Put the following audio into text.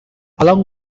along